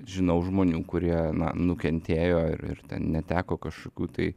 žinau žmonių kurie nukentėjo ir ir neteko kažkokių tai